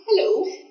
hello